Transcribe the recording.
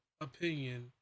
opinion